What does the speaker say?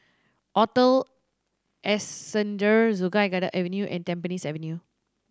Hotel Ascendere Sungei Kadut Avenue and Tampines Avenue